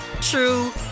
true